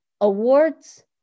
awards